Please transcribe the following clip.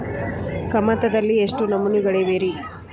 ಕಮತದಲ್ಲಿ ಎಷ್ಟು ನಮೂನೆಗಳಿವೆ ರಿ?